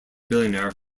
billionaire